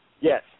Yes